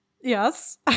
Yes